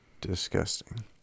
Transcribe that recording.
Disgusting